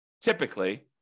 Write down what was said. typically